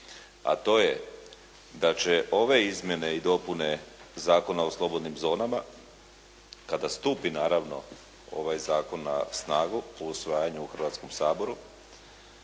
a to je da će ove Izmjene i dopune zakona o slobodnim zonama kada stupi naravno ovaj zakon na snagu u usvajanje u Hrvatskom saboru